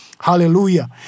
Hallelujah